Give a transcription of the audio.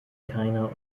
keiner